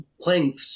playing